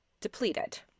depleted